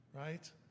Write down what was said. right